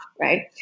right